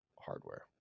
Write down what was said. hardware